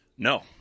No